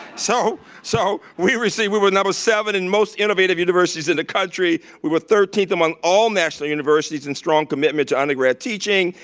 so, so we received, we were number seven in most innovative universities in the country, we were thirteenth among all national universities in strong commitment to undergrad teaching,